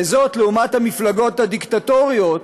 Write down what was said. וזאת לעומת המפלגות הדיקטטוריות,